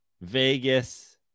Vegas